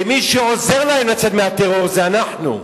ומי שעוזר להם לצאת מהטרור זה אנחנו.